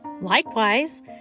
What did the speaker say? likewise